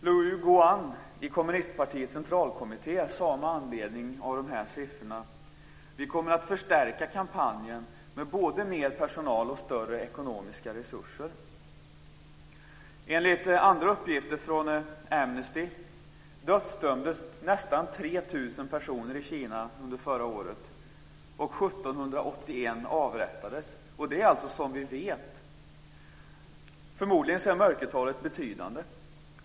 Luo Gan i kommunistpartiets centralkommitté sade med anledning av de här siffrorna: "Vi kommer att förstärka kampanjen med både mer personal och större ekonomiska resurser." avrättades. Detta är vad vi säkert vet, men förmodligen är mörkertalet betydande.